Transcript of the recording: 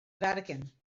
vatican